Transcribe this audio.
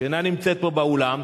שאינה נמצאת פה באולם,